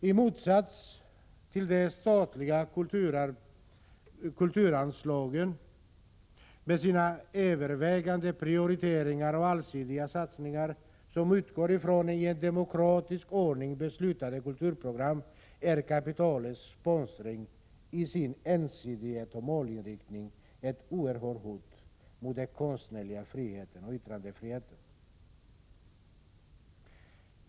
I motsats till de statliga kulturanslagen med övervägande prioriteringar och allsidiga satsningar som utgår från i demokratisk ordning beslutade kulturprogram, är kapitalets sponsring i sin ensidighet och målinriktning ett oerhört hot mot den konstnärliga friheten och yttrandefriheten.